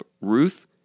Ruth